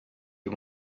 you